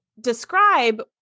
describe